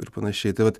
ir panašiai tai vat